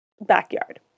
backyard